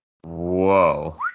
whoa